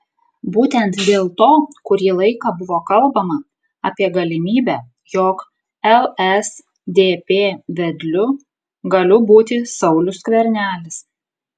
būtent dėl to kurį laiką buvo kalbama apie galimybę jog lsdp vedliu galiu būti saulius skvernelis